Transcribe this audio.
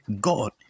God